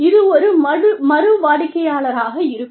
இது ஒரு மறுவாடிக்கையாளராக இருக்கும்